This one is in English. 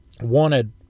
wanted